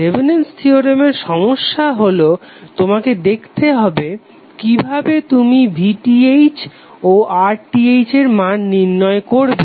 Thevenin's থিওরেমের Thevenin's theorem সমস্যা হলো তোমাকে দেখতে হবে কিভাবে তুমি VTh ও RTh এর মান নির্ণয় করবে